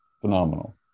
Phenomenal